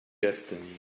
destiny